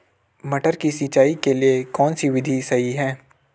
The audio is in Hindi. मटर की सिंचाई के लिए कौन सी विधि सही है?